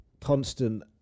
constant